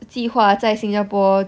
计划在 singapore